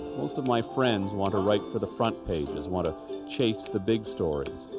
most of my friends want to write for the front pages, want to chase the big stories.